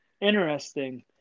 Interesting